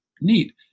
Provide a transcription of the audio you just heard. neat